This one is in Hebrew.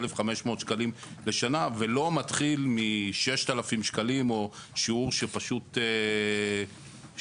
1,500 שקלים לשנה ולא מתחיל מ-6,000 שקלים או שיעור שפשוט פנטסטי.